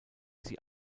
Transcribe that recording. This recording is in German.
sie